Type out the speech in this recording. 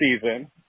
season